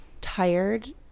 tired